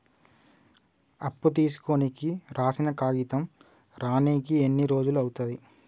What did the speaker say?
అప్పు తీసుకోనికి రాసిన కాగితం రానీకి ఎన్ని రోజులు అవుతది?